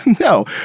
No